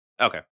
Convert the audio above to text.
Okay